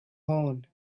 horn